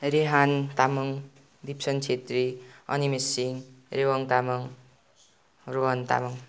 Rehan Tamang Dipsan Chhetri Animesh Singh Rewang Tamang Rohan Tamang